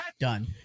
done